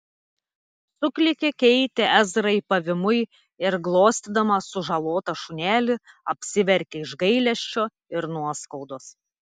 suklykė keitė ezrai pavymui ir glostydama sužalotą šunelį apsiverkė iš gailesčio ir nuoskaudos